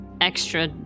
extra